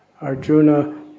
Arjuna